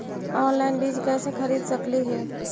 Online बीज कईसे खरीद सकली हे?